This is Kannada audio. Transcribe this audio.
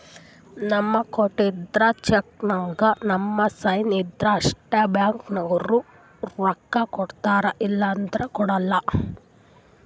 ನಾವ್ ಕೊಟ್ಟಿದ್ದ್ ಚೆಕ್ಕ್ದಾಗ್ ನಮ್ ಸೈನ್ ಇದ್ರ್ ಅಷ್ಟೇ ಬ್ಯಾಂಕ್ದವ್ರು ರೊಕ್ಕಾ ಕೊಡ್ತಾರ ಇಲ್ಲಂದ್ರ ಕೊಡಲ್ಲ